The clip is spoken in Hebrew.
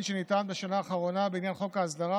שניתן בשנה האחרונה בעניין חוק ההסדרה,